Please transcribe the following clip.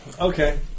okay